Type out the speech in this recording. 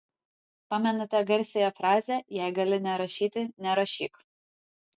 pamenate garsiąją frazę jei gali nerašyti nerašyk